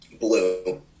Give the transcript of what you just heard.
blue